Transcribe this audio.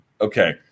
okay